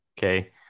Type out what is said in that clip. Okay